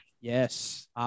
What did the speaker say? Yes